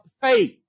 faith